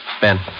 Ben